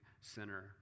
sinner